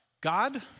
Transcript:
God